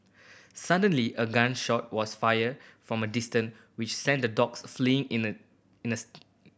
suddenly a gun shot was fired from a distance which sent the dogs fleeing in an instant